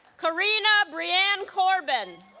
carina brianne corbin